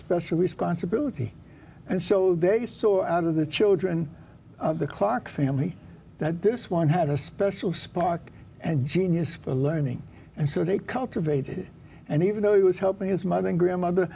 special responsibility and so they saw out of the children the clark family that this one had a special spark and genius for learning and so they cultivated and even though he was helping his mother and grandmother